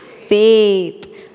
faith